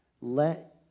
Let